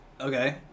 Okay